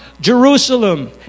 Jerusalem